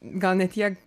gal ne tiek